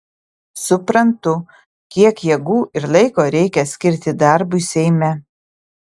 suprantu kiek jėgų ir laiko reikia skirti darbui seime